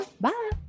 Bye